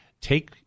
take